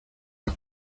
las